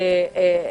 הבנקים,